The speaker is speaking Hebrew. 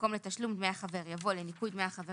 במקום "לתשלום דמי החבר" יבוא "לניכוי דמי החבר